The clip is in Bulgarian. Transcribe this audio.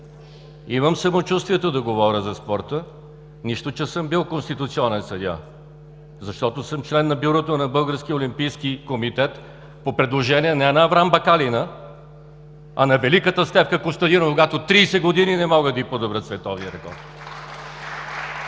Имам самочувствието да говоря за спорта, нищо че съм бил конституционен съдия, защото съм член на Бюрото на Българския олимпийски комитет по предложение не на „Аврам бакалина“, а на великата Стефка Костадинова, на която от 30 години не могат да подобрят световния рекорд.